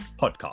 Podcast